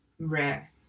rare